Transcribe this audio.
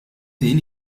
din